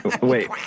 Wait